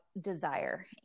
desire